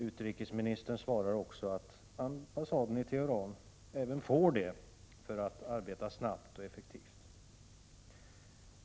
Utrikesministern svarar att ambassaden i Teheran också får det, för att kunna arbeta snabbt och effektivt.